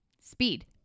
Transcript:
speed